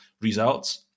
results